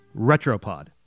Retropod